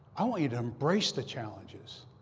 i want you to embrace the challenges.